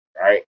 right